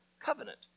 covenant